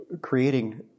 creating